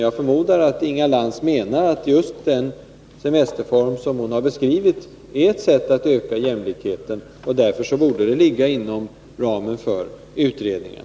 Jag förmodar att Inga Lantz menar att just den semesterform som hon har beskrivit är ett sätt att öka jämlikheten, och då borde detta ligga inom ramen för utredningen.